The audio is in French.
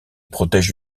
protège